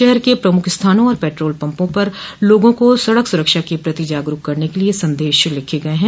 शहर के प्रमुख स्थानों और पेट्रोल पम्पों पर लोगों को सड़क सुरक्षा के प्रति जागरूक करने के लिए संदेश लिखे गये हैं